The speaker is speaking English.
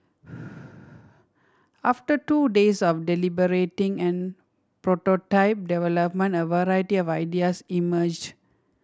after two days of deliberating and prototype development a variety of ideas emerged